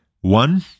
One